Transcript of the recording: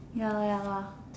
ya loh ya loh